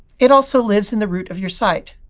it also lives in the root of your site.